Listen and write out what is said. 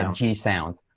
g sounds,